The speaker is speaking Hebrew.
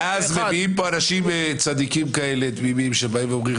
ואז באים לפה אנשים צדיקים תמימים שאומרים,